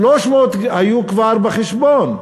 300 היו כבר בחשבון.